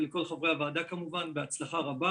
ולכל חברי הוועדה כמובן הצלחה רבה